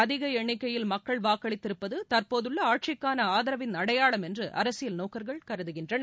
அதிக எண்ணிக்கையில் மக்கள் வாக்களித்திருப்பது தற்போதுள்ள ஆட்சிக்கான ஆதரவின் அடையாளம் என்று அரசியல் நோக்கர்கள் கருதுகின்றனர்